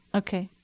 ok.